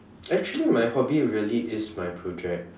actually my hobby really is my project